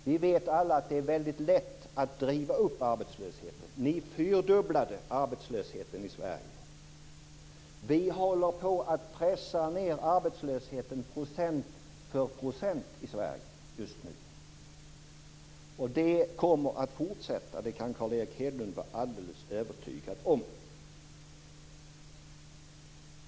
Vi vet alla att det är väldigt lätt att driva upp arbetslösheten. Ni fyrdubblade arbetslösheten i Sverige. Vi håller på att pressa ned arbetslösheten, procent för procent, i Sverige just nu. Det kommer att fortsätta; det kan Carl Erik Hedlund vara alldeles övertygad om.